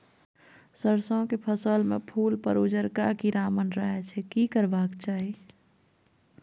सरसो के फसल में फूल पर उजरका कीरा मंडराय छै की करबाक चाही?